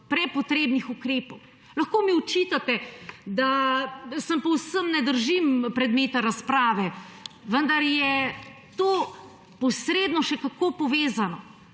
prepotrebnih ukrepov. Lahko mi očitate, da se povsem ne držim predmeta razprave, vendar je to posredno še kako povezano.